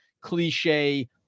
Cliche